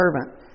servant